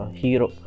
hero